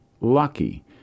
lucky